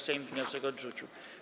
Sejm wniosek odrzucił.